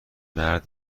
مرد